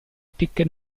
ticket